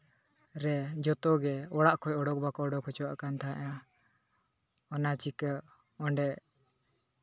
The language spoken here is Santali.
ᱨᱮ ᱡᱚᱛᱚᱜᱮ ᱚᱲᱟᱜ ᱠᱷᱚᱡ ᱚᱰᱳᱠ ᱵᱟᱠᱚ ᱚᱰᱳᱠ ᱦᱚᱪᱚᱣᱟᱜ ᱠᱟᱱ ᱛᱟᱦᱮᱸᱫᱼᱟ ᱚᱱᱟ ᱪᱤᱠᱟᱹ ᱚᱸᱰᱮ